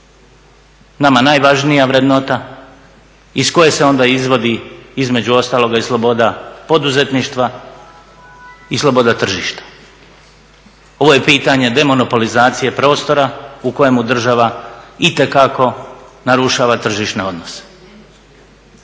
nama najvažnija vrednota iz koje se onda izvodi između ostaloga i sloboda poduzetništva i sloboda tržišta. Ovo je pitanje demonopolizacije prostora u kojemu država itekako narušava tržišne odnose.